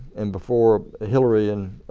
and before hilary and